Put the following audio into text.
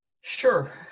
Sure